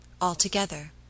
Altogether